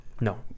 No